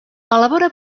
elabora